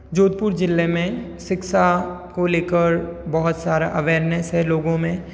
जोधपुर ज़िले में शिक्षा को लेकर बहुत सारा अवेयरनेस है लोगों में